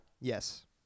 Yes